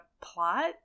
plot